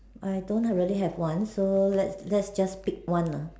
I don't really have one so let's let's just pick one ah